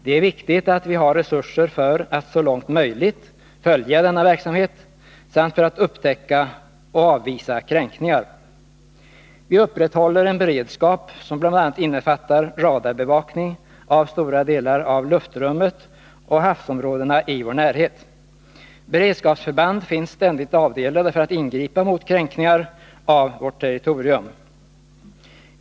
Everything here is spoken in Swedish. Det är viktigt att vi har resurser för att så långt möjligt följa denna verksamhet samt för att upptäcka och avvisa kränkningar. Vi upprätthåller en beredskap som bl.a. innefattar radarbevakning av stora delar av luftrummet och havsområdena i vår närhet. Beredskapsförband finns ständigt avdelade för att ingripa mot kränkningar av vårt territorium.